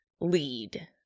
lead